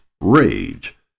rage